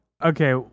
Okay